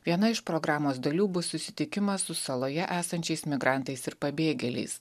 viena iš programos dalių bus susitikimas su saloje esančiais migrantais ir pabėgėliais